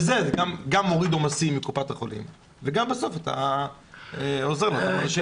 זה גם מוריד עומסים מקופת החולים וגם בסוף אתה עוזר לחולים.